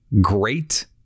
great